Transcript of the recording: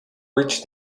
reached